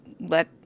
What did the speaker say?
let